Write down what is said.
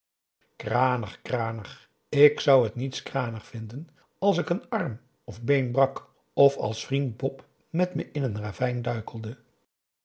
kranig kranig ik zou het niks kranig vinden als ik een arm of been brak of als vrind bop met me in een ravijn duikelde